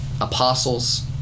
apostles